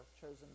chosen